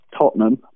Tottenham